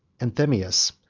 anthemius,